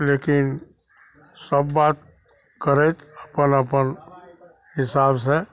लेकिन सब बात करैत अपन अपन हिसाबसे